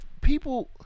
people